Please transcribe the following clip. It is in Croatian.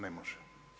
Ne može.